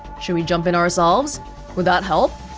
should we jump in ourselves would that help?